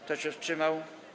Kto się wstrzymał?